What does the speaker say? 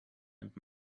nimmt